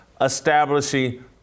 establishing